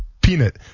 peanut